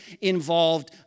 involved